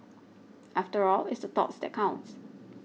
after all it's the thoughts that counts